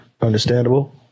Understandable